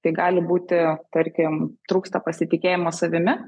tai gali būti tarkim trūksta pasitikėjimo savimi